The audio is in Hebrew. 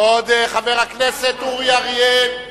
כבוד חבר הכנסת אורי אריאל.